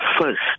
first